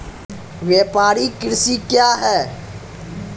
व्यापारिक कृषि क्या हैं?